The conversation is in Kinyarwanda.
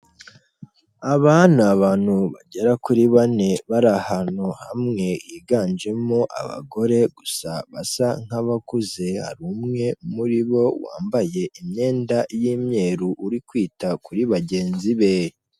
Aana ni abantu bagera kuri bane bari ahantu hamwe higanjemo abagore gusa basa nk'abakuze, hari umwe muri bo wambaye imyenda y'imyeru uri kwita kuri bagenzi be.